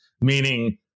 Meaning